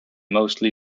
mostly